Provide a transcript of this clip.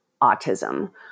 autism